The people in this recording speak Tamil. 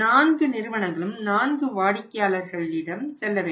4 நிறுவனங்களும் 4 வாடிக்கையாளர்களிடம் செல்ல வேண்டும்